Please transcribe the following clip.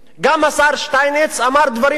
גם השר שטייניץ אמר דברים דומים.